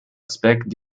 aspekt